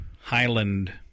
Highland